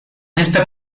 esta